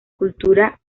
cultura